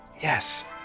Yes